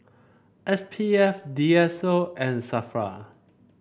S P F D S O and Safra